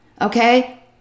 Okay